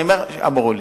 אני אומר מה שאמרו לי.